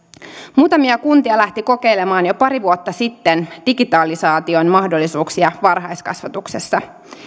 muutamia kuntia lähti kokeilemaan jo pari vuotta sitten digitalisaation mahdollisuuksia varhaiskasvatuksessa